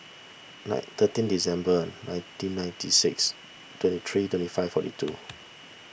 nine thirteen December nineteen ninety six twenty three twenty five forty two